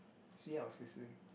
see i was listening